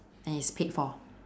and it's paid for